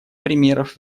примеров